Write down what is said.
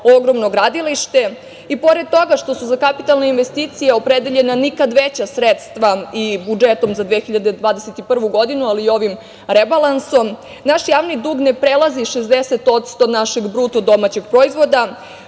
ogromno gradilište, i pored toga što su za kapitalne investicije opredeljena nikad veća sredstva i budžetom za 2021. godinu, ali i ovim rebalansom, naš javni dug ne prelazi 60% našeg BDP što možemo